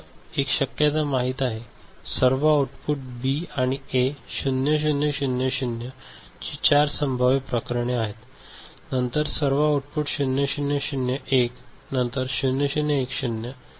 तर तुम्हाला एक शक्यता माहित आहे सर्व आउटपुट म्हणून बी आणि ए 0 0 0 0 0 ची चार संभाव्य प्रकरणे नंतर सर्व आउटपुट 0 0 0 1 नंतर 0 0 1 0 0 0 1 1